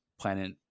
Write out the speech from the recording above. planet